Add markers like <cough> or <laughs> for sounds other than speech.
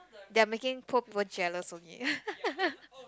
they are making poor people jealous only <laughs>